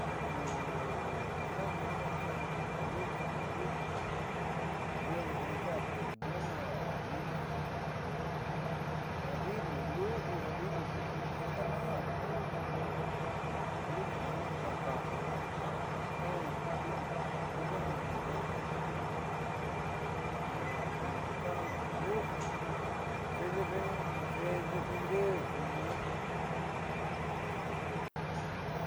io diferencia ja ku luchi ndi'i vilu io diferiencia atiu mudo ja nitna'axi ja vilu luliu ja vilu ko xeganarxi ja luchi io hore ja luchi vadii ni ka ja ka'anu ja luchi kua'axi ja keenxi ja vilu nyuuka ndiuude'e ja kaando ja luliuxi ko defenderxi menxi.